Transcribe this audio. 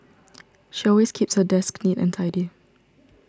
she always keeps her desk neat and tidy